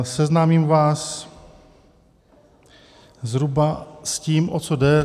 Seznámím vás zhruba s tím, o co jde.